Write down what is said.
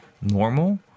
normal